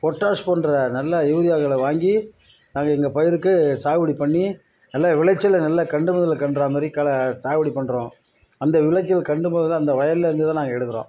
potash போன்ற நல்ல யூரியாக்களை வாங்கி அதை எங்கள் பயிருக்கு சாகுபடி பண்ணி நல்ல விளைச்சல் நல்ல கண்டுமொதல்ல கண்டுறாமாரி களை சாகுபடி பண்ணுறோம் அந்த விளைச்சல் கண்டும்போதெல்லாம் அந்த வயலில் இருந்து தான் நாங்கள் எடுக்கிறோம்